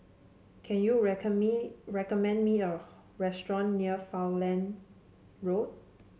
can you record me recommend me a restaurant near Falkland Road